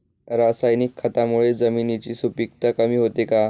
रासायनिक खतांमुळे जमिनीची सुपिकता कमी होते का?